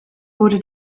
wurde